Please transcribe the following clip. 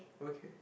okay